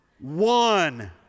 one